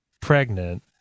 pregnant